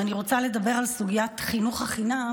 ואני רוצה לדבר על סוגיית חינוך חינם